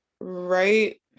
right